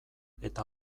eta